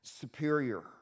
superior